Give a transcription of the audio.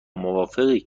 موافقی